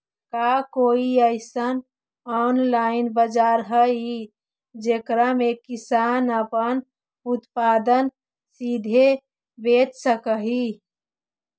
का कोई अइसन ऑनलाइन बाजार हई जेकरा में किसान अपन उत्पादन सीधे बेच सक हई?